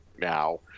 now